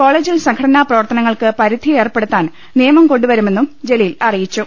കോളേജിൽ സംഘടനാ പ്രവർത്തനങ്ങൾക്ക് പരിധി ഏർപ്പെടുത്താൻ നിയമം കൊണ്ടുവരുമെന്നും ജലീൽ അറിയിച്ചു